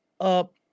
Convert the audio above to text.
up